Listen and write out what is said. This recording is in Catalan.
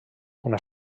una